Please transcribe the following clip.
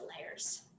layers